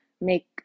make